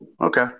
okay